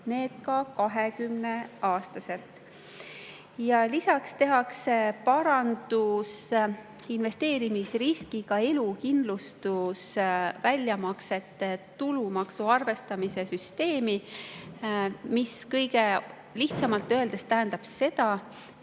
ka 20‑aastaselt. Lisaks tehakse parandus investeerimisriskiga elukindlustuse väljamaksetelt tulumaksu arvestamise süsteemi. Kõige lihtsamalt öeldes tähendab see